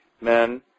Men